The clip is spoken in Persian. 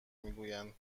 میگویند